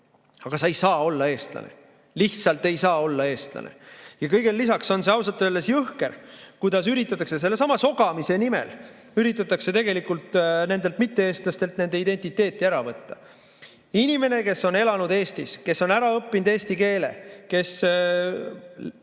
aga sa ei saa olla eestlane. Sa lihtsalt ei saa olla eestlane. Kõigele lisaks on see ausalt öeldes jõhker, kuidas sellesama sogamise nimel üritatakse tegelikult nendelt mitte-eestlastelt nende identiteeti ära võtta. Inimene, kes on elanud Eestis, kes on ära õppinud eesti keele, kes,